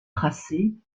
tracés